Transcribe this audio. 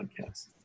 podcast